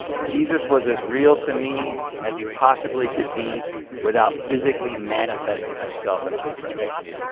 jesus was as real to me as he possibly could be without physically manifesting himself in my presence.